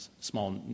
small